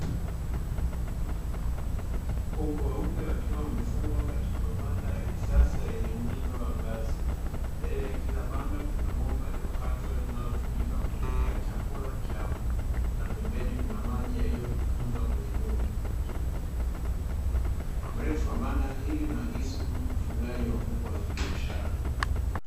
Kuku weupe wakiwa wamefungwa katika mabanda ya kisasa yenye muundo wa ngazi, mbele ya kila banda kuna bomba lililokatwa linalotumika kuwekea chakula chao na pembeni kuna maji yaliyotunzwa kwenye dumu; urefu wa banda hili unaakisi ukugaji wa kuku wa kibiashara.